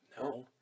No